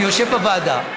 אני יושב בוועדה,